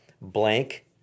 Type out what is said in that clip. blank